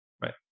Right